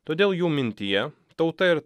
todėl jų mintyje tauta ir